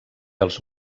els